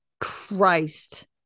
Christ